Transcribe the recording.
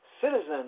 citizens